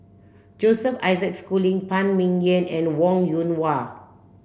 Joseph Isaac Schooling Phan Ming Yen and Wong Yoon Wah